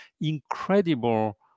incredible